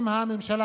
אם הממשלה,